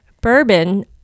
bourbon